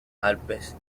alpes